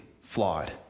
flawed